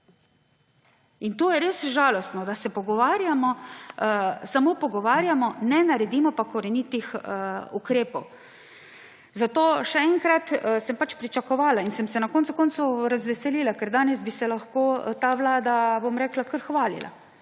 In to je res žalostno, da se pogovarjamo, samo pogovarjamo, ne naredimo pa korenitih ukrepov. Zato še enkrat, sem pač pričakovala in sem se na koncu koncev razveselila, ker danes bi se lahko ta vlada kar hvalila,